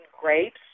grapes